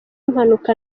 impanuka